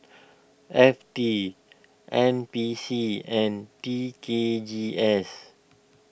F T N P C and T K G S